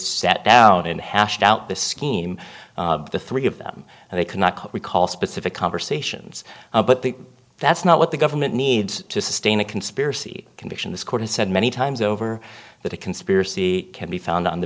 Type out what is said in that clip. sat down and hashed out this scheme the three of them and they cannot recall specific conversations but the that's not what the government needs to sustain a conspiracy conviction this court has said many times over that a conspiracy can be found on the